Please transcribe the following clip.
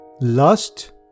Lust